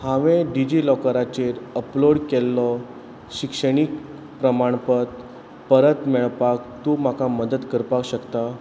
हांवें डिजी लॉकराचेर अपलोड केल्लो शिक्षणीक प्रमाणपत्र परत मेळपाक तूं म्हाका मदत करपाक शकता